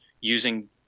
using